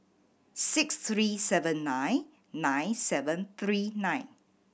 six three seven nine nine seven three nine